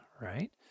right